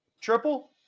Triple